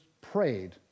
prayed